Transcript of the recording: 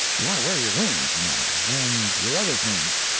you want to wear your wings, you know, and your other things.